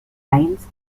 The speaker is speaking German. eins